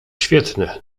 świetny